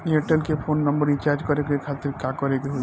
Airtel के phone number recharge करे के खातिर का करे के होई?